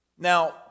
Now